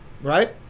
right